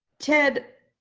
ted,